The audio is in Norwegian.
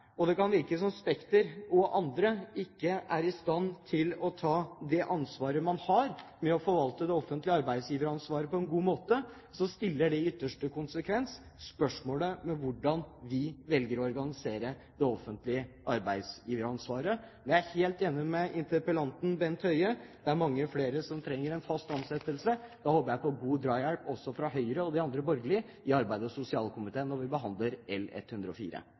og det kan virke som om Spekter og andre ikke er i stand til å ta det ansvaret man har med å forvalte det offentlige arbeidsgiveransvaret på en god måte – stiller det i ytterste konsekvens spørsmål ved hvordan vi velger å organisere det offentlige arbeidsgiveransvaret. Jeg er helt enig med interpellanten, Bent Høie: Det er mange flere som trenger fast ansettelse. Da håper jeg på god drahjelp også fra Høyre og de andre borgerlige partiene i arbeids- og sosialkomiteen når vi behandler Prop. 104